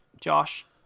Josh